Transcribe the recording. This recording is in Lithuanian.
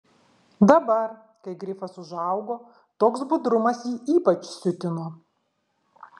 dabar kai grifas užaugo toks budrumas jį ypač siutino